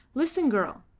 listen, girl,